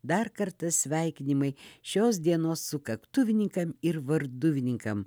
dar kartą sveikinimai šios dienos sukaktuvininkam ir varduvininkam